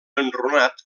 enrunat